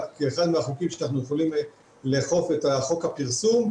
כאחד מהחוקים שאנחנו יכולים לאכוף את חוק הפרסום,